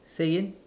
say again